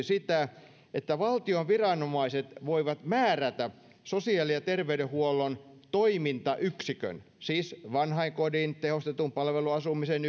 sitä että valtion viranomaiset voivat määrätä sosiaali ja terveydenhuollon toimintayksikön siis vanhainkodin tehostetun palveluasumisen